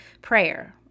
prayer